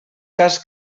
cas